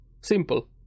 simple